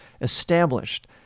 established